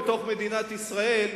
בתוך מדינת ישראל,